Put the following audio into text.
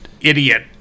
idiot